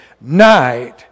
Night